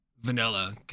vanilla